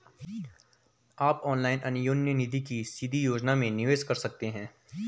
आप ऑनलाइन अन्योन्य निधि की सीधी योजना में निवेश कर सकते हैं